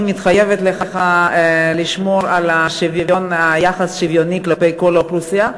אני מתחייבת לך לשמור על יחס שוויוני כלפי כל האוכלוסייה,